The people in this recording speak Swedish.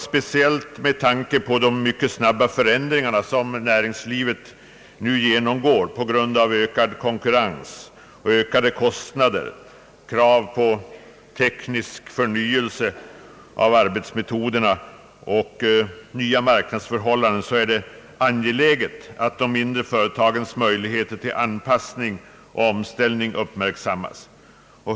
Speciellt med tanke på de mycket snabba förändringar som näringslivet nu genomgår på grund av ökad konkurrens, ökade kostnader, krav på teknisk förnyelse av arbetsmetoderna och nya marknadsförhållanden, tror jag det är angeläget att de mindre företagens möjligheter till anpassning och omställning uppmärksammas.